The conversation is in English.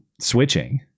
switching